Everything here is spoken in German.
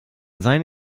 sei